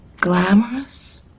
Glamorous